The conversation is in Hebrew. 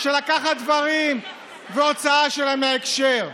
של לקחת דברים ולהוציא אותם מההקשר.